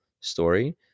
story